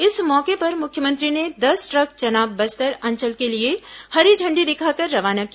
इस मौके पर मुख्यमंत्री ने दस ट्रक चना बस्तर अंचल के लिए हरी झण्डी दिखाकर रवाना किया